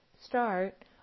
start